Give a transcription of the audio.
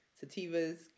Sativa's